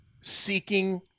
seeking